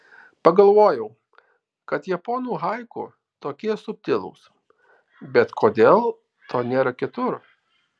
pagalvojau kad japonų haiku tokie subtilūs bet kodėl to nėra kitur